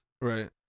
Right